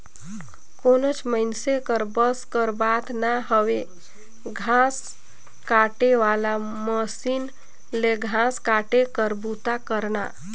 कोनोच मइनसे कर बस कर बात ना हवे घांस काटे वाला मसीन ले घांस काटे कर बूता करना